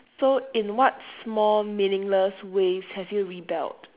so in what small meaningless ways have you rebelled